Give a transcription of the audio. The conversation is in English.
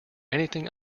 anything